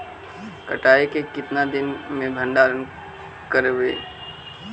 कटाई के कितना दिन मे भंडारन करबय?